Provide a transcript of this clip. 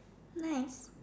nice